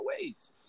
ways